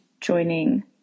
joining